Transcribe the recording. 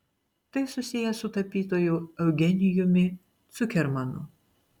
tai susiję su tapytoju eugenijumi cukermanu